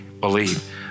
believe